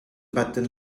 button